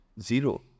Zero